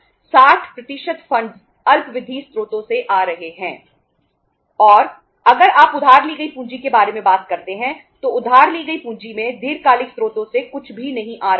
और अगर आप उधार ली गई पूंजी के बारे में बात करते हैं तो उधार ली गई पूंजी में दीर्घकालिक स्रोतों से कुछ भी नहीं आ रहा है